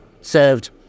...served